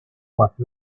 what